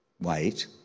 wait